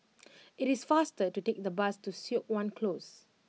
it is faster to take the bus to Siok Wan Close